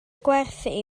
gwerthu